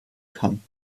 kann